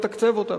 לתקצב אותם: